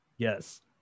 Yes